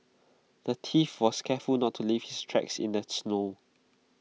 the thief was careful not to leave his tracks in the snow